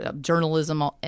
journalism